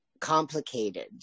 complicated